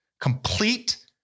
Complete